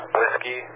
Whiskey